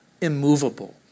immovable